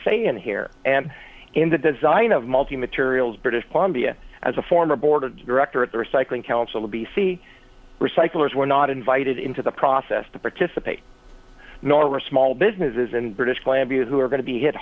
say in here and in the design of multi materials british columbia as a former board of director at the recycling council b c recyclers were not invited into the process to participate nor were small businesses and british clavier who are going to be hit